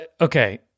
Okay